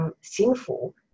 Sinful